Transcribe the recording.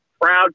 Proud